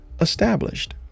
established